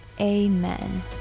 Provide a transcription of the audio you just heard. amen